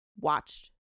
watched